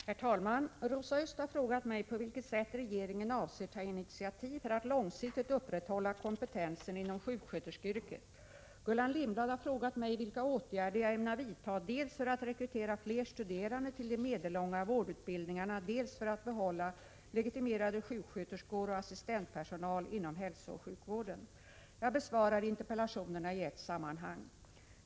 Herr talman! Rosa Östh har frågat mig på vilket sätt regeringen avser ta initiativ för att långsiktigt upprätthålla kompetensen inom sjuksköterskeyrket. Gullan Lindblad har frågat mig vilka åtgärder jag ämnar vidta dels för att rekrytera fler studerande till de medellånga vårdutbildningarna, dels för att behålla legitimerade sjuksköterskor och assistentpersonal inom hälsooch sjukvården. Jag besvarar interpellationerna i ett sammanhang.